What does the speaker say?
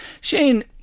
Shane